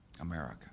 America